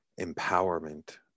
empowerment